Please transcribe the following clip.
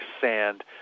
sand